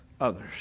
others